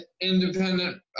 independent